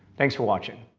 thanks for watching.